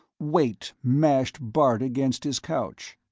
weight mashed bart against his couch.